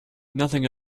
nothing